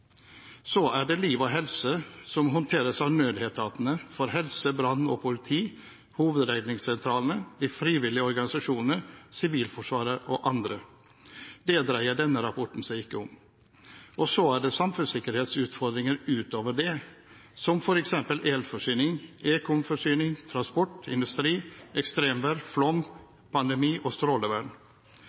Så er det liv og helse, som håndteres av nødetatene for helse, brann og politi, HRS, de frivillige organisasjonene, Sivilforsvaret og andre. Det dreier denne rapporten seg ikke om. Og så er det samfunnssikkerhetsutfordringer utover det, som f.eks. elforsyning, ekomforsyning, transport, industri, ekstremvær, flom, pandemi og strålevern.